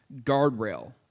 guardrail